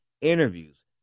interviews